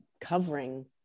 covering